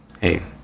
hey